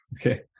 okay